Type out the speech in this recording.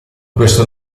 questo